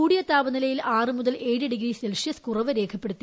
കൂടിയ താപനിലയിൽ ആറ് മുതൽ ഏഴ് ഡിഗ്രി സെൽഷ്യസ് കുറവ് രേഖപ്പെടുത്തി